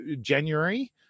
January